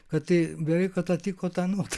kad tai gerai kad atitiko tą nuotaiką